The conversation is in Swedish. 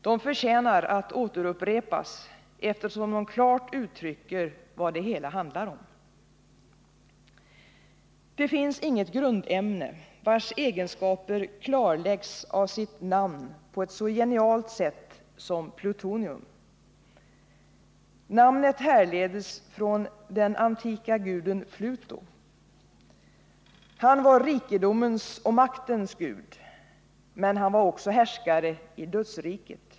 De förtjänar att återupprepas, eftersom de klart uttrycker vad det hela handlar om: ”Det finns inget grundämne vars egenskaper klarläggs av sitt namn på ett så genialt sätt som plutonium. Namnet härleds från den antika guden Pluto. Han var rikedomens och maktens gud, men han var också härskare i dödsriket.